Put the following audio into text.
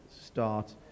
start